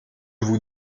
vous